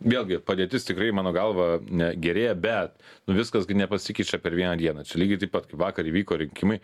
vėlgi padėtis tikrai mano galva na gerėja bet viskas gi nepasikeičia per vieną dieną čia lygiai taip pat kaip vakar įvyko rinkimai